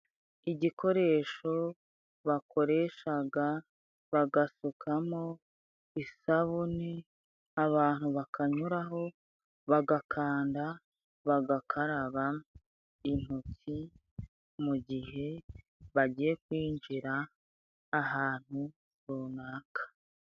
Igikoresho bakoreshaga, bagasukamo isabune abantu bakanyuraho bagakanda bagakaraba intoki, mu gihe bagiye kwinjira ahantu runaka.